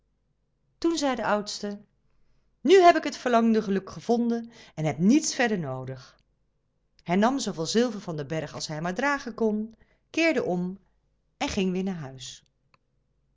toen zei de oudste nu heb ik het verlangde geluk gevonden en heb niets verder noodig hij nam zooveel zilver van den berg als hij maar dragen kon keerde toen om en ging weêr naar huis